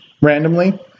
randomly